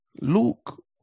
Luke